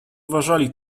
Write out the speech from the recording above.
uważali